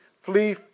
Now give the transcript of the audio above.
flee